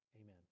amen